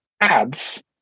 ads